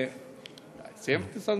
לסיים?